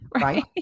Right